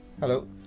hello